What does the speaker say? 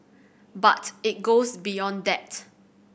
but it goes beyond that